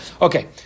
Okay